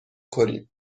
کنید